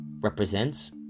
represents